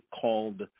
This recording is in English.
called